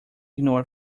ignore